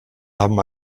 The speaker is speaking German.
haben